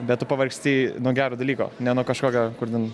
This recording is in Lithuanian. bet tu pavargsti nuo gero dalyko ne nuo kažkokio kur ten